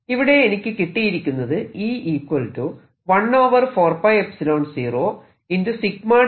ഇവിടെ എനിക്ക് കിട്ടിയിരിക്കുന്നത് എന്നാണ്